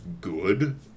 good